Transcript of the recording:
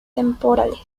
temporales